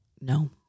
No